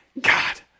god